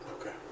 okay